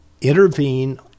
intervene